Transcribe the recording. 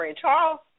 Charles